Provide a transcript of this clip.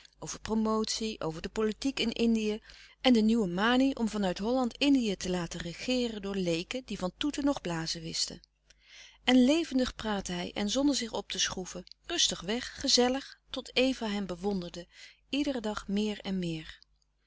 over promotie over de politiek in indië en de nieuwe manie om van uit holland indië te laten regeeren door leeken die van toeten nog blazen wisten en levendig praatte hij en zonder zich op te schroeven rustig-weg gezellig tot eva hem bewonderde iederen dag meer en meer